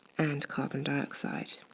and carbon dioxide.